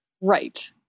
Right